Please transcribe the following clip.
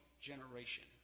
generation